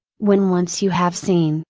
when once you have seen,